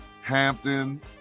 Hampton